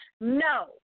no